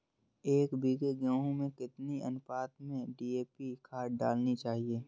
एक बीघे गेहूँ में कितनी अनुपात में डी.ए.पी खाद डालनी चाहिए?